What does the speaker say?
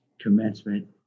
commencement